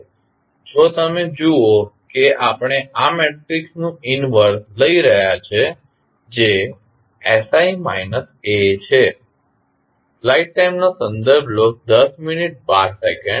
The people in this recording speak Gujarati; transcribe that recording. હવે જો તમે જુઓ કે આપણે આ મેટ્રિક્સનું ઇન્વર્સ લઈ રહ્યા છીએ જે sI A છે